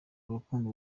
urukundo